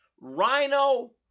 Rhino